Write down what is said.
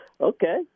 Okay